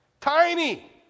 tiny